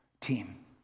team